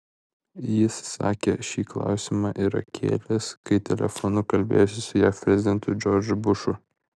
jis sakė šį klausimą yra kėlęs kai telefonu kalbėjosi su jav prezidentu džordžu bušu